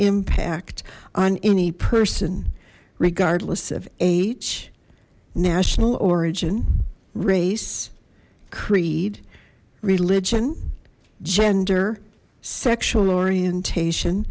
impact on any person regardless of age national origin race creed religion gender sexual orientation